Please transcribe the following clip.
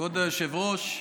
כבוד היושב-ראש,